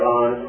on